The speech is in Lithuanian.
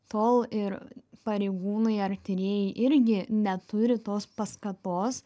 tol ir pareigūnai ar tyrėjai irgi neturi tos paskatos